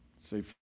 Say